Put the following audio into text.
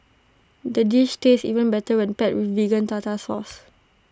the dish tastes even better when paired Vegan Tartar Sauce